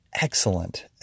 excellent